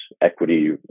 equity